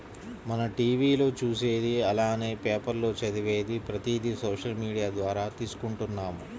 మనం టీవీ లో చూసేది అలానే పేపర్ లో చదివేది ప్రతిది సోషల్ మీడియా ద్వారా తీసుకుంటున్నాము